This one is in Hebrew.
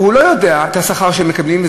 הוא לא יודע מה השכר שהן מקבלות,